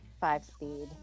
five-speed